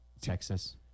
texas